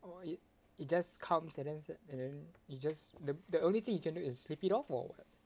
or it it just comes and then s~ and then it just le~ the only thing you can do is sleep it off or [what]